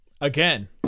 Again